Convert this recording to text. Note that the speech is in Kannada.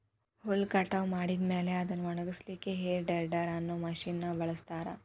ಹುಲ್ಲ್ ಕಟಾವ್ ಮಾಡಿದ ಮೇಲೆ ಅದ್ನ ಒಣಗಸಲಿಕ್ಕೆ ಹೇ ಟೆಡ್ದೆರ್ ಅನ್ನೋ ಮಷೇನ್ ನ ಬಳಸ್ತಾರ